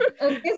Okay